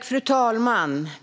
Fru talman!